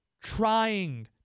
trying